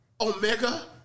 Omega